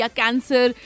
cancer